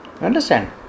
Understand